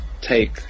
take